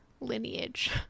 lineage